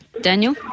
Daniel